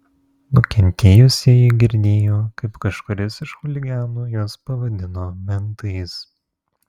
nukentėjusieji girdėjo kaip kažkuris iš chuliganų juos pavadino mentais